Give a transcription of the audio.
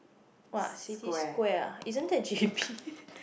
!wah! City Square ah isn't that j_b